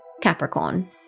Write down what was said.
Capricorn